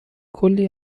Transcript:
کلی